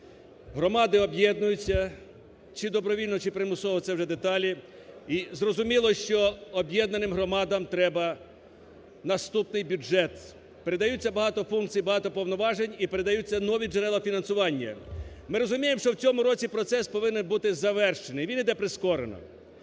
громади об'єднуються, чи добровільно, чи примусово, це вже деталі. І зрозуміло, що об'єднаним громадам треба наступний бюджет. Передаються багато функцій, багато повноважень і передаються нові джерела фінансування. Ми розуміємо, що в цьому році процес повинен бути завершений, він іде прискорено.